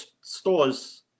stores